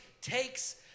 takes